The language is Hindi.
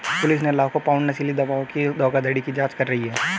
पुलिस लाखों पाउंड नशीली दवाओं की धोखाधड़ी की जांच कर रही है